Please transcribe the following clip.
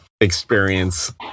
experience